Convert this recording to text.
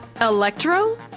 Electro